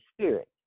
Spirit